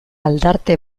aldarte